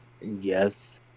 Yes